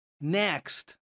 Next